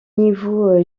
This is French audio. niveau